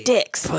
Dicks